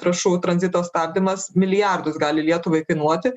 trąšų tranzito stabdymas milijardus gali lietuvai kainuoti